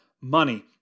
money